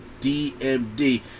DMD